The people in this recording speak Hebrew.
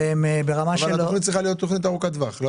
אבל התכנית צריכה להיות תכנית ארוכת טווח.